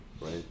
right